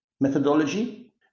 methodology